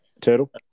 Turtle